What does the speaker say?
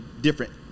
different